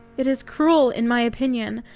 it is cruel, in my opinion,